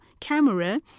camera